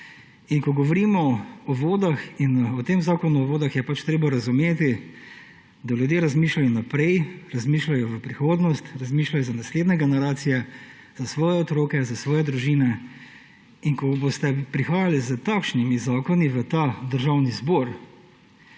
ko govorimo o vodah in o tem Zakonu o vodah, je treba razumeti, da ljudje razmišljajo naprej, razmišljajo v prihodnost, razmišljajo za naslednje generacije, za svoje otroke, za svoje družine in ko boste prihajali s takšnimi zakoni v ta državni zbor,